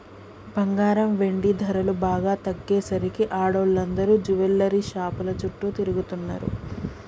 బంగారం, వెండి ధరలు బాగా తగ్గేసరికి ఆడోళ్ళందరూ జువెల్లరీ షాపుల చుట్టూ తిరుగుతున్నరు